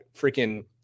freaking